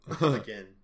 again